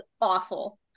awful